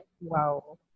Wow